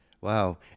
Wow